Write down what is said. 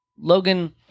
Logan